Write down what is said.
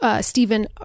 Stephen